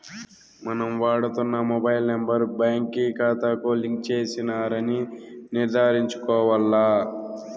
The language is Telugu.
మనం వాడుతున్న మొబైల్ నెంబర్ బాంకీ కాతాకు లింక్ చేసినారని నిర్ధారించుకోవాల్ల